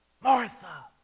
Martha